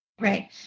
Right